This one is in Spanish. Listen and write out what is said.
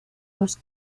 los